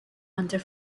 under